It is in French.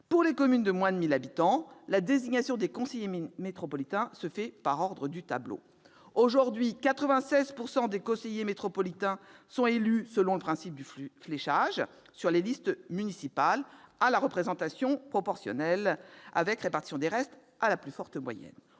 Pour les communes de moins de 1 000 habitants, la désignation des conseillers métropolitains se fait selon l'ordre du tableau. Aujourd'hui, 96 % des conseillers métropolitains sont élus suivant le principe du fléchage sur les listes municipales, selon les règles de représentation proportionnelle avec répartition des restes à la plus forte moyenne.